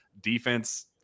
defense